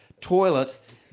Toilet